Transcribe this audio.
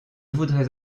voudrais